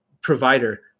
provider